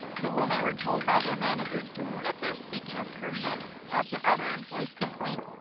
the women were told by their manager to limit their speaking of korean after other employees complained,